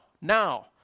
now